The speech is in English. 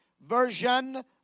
version